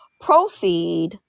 proceed